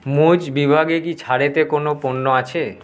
মৌজ বিভাগে কি ছাড়েতে কোনো পণ্য আছে